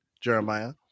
Jeremiah